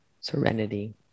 serenity